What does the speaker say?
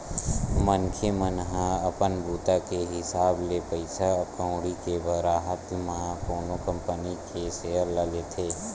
मनखे मन ह अपन बूता के हिसाब ले पइसा कउड़ी के राहब म कोनो कंपनी के सेयर ल लेथे